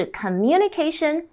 communication